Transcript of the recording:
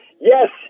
yes